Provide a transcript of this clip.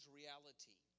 reality